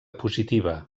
positiva